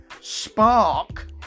spark